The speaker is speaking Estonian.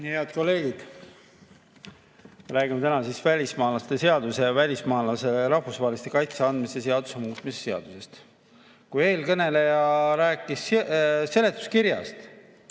Head kolleegid! Räägime täna välismaalaste seaduse ja välismaalasele rahvusvahelise kaitse andmise seaduse muutmise seadusest. Eelkõneleja rääkis seletuskirjast,